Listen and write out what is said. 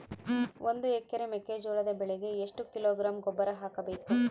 ಒಂದು ಎಕರೆ ಮೆಕ್ಕೆಜೋಳದ ಬೆಳೆಗೆ ಎಷ್ಟು ಕಿಲೋಗ್ರಾಂ ಗೊಬ್ಬರ ಹಾಕಬೇಕು?